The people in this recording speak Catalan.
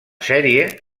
sèrie